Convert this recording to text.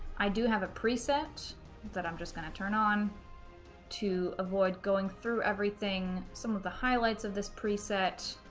i do have a preset that i'm just gonna turn on to avoid going through everything. some of the highlights of this preset